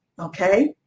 Okay